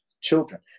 children